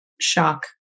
Shock